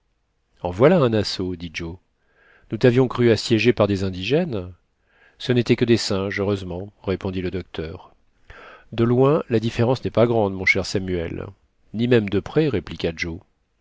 en voilà un assaut dit joe nous tavions cru assiégé par des indigènes ce n'étaient que des singes heureusement répondit le docteur de loin la différence n'est pas grande mon cher samuel ni même de près répliqua joe